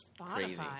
crazy